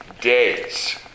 days